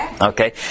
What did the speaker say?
Okay